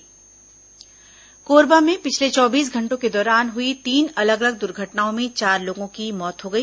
कोरबा दुर्घटना कोरबा में पिछले चौबीस घंटों के दौरान हुई तीन अलग अलग दुर्घटनाओं में चार लोगों की मौत हो गई